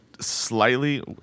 slightly